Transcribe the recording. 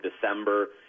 December